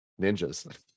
ninjas